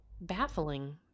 baffling